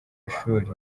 ishuri